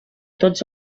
tots